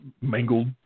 mangled